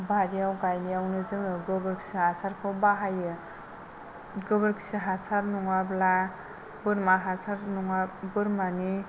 बारियाव गायनायावनो जोङो गोबोरखि हासारखौ बाहायो गोबोरखि हासार नङाब्ला बोरमा हासार नङा बोरमानि